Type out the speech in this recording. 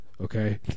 okay